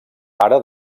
pare